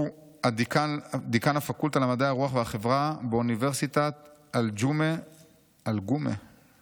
הוא דיקן הפקולטה למדעי הרוח והחברה באוניברסיטת אלגומה שבקנדה.